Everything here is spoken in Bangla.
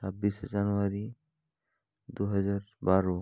ছাব্বিশে জানুয়ারি দুহাজার বারো